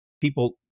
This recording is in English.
people